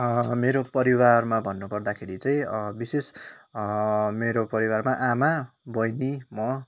मेरो परिवारमा भन्नुपर्दाखेरि चाहिँ विशेष मेरो परिवारमा आमा बहिनी म